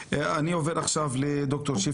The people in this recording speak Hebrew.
מה שנעשה בדיר יאסין ואחרי זה מה שקרה,